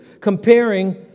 comparing